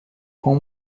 com